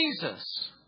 Jesus